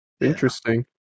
interesting